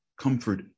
Comfort